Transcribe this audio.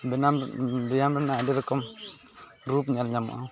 ᱵᱮᱱᱟᱣ ᱵᱮᱭᱟᱢ ᱨᱮᱱᱟᱜ ᱟᱹᱰᱤ ᱨᱚᱠᱚᱢ ᱨᱩᱯ ᱧᱮᱞ ᱧᱟᱢᱚᱜᱼᱟ